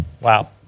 Wow